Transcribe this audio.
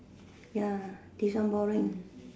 ya this one boring